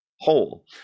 whole